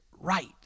right